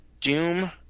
Doom